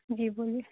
جی بولیے